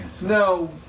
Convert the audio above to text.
No